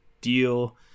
deal